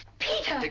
peter! like